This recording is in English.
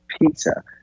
pizza